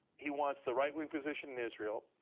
he wants the right-wing position in israel,